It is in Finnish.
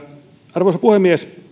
arvoisa puhemies